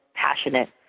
passionate